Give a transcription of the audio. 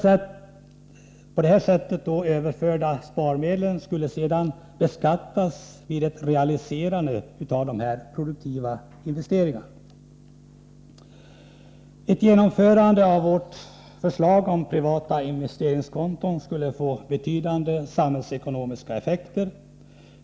De på detta sätt överförda sparmedlen skulle sedan beskattas vid ett realiserande av den produktiva investeringen. Ett genomförande av vårt förslag om privata investeringskonton skulle få betydande samhällsekonomiska effekter.